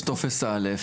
יש טופס א',